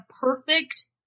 perfect